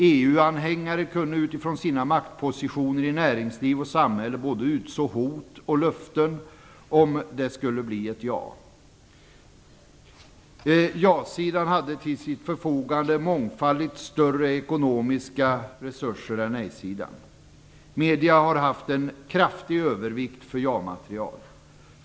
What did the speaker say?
EU-anhängare kunde utifrån sina maktpositioner i näringsliv och samhälle utså både hot och löften för den händelse det skulle bli ett ja. Jasidan hade till sitt förfogande mångfaldigt större ekonomiska resurser än nej-sidan. Medierna har haft en kraftig övervikt för ja-material.